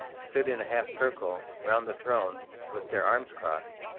stood in a half-circle round the throne with their arms crossed,